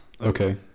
Okay